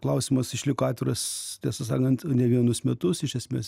klausimas išliko atviras tiesą sakant ne vienus metus iš esmės